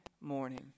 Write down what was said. morning